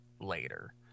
later